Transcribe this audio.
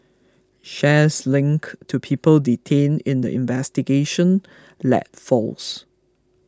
shares linked to people detained in the investigation led falls